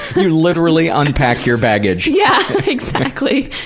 you literally unpack your baggage. yeah, exactly.